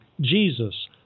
Jesus